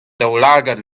daoulagad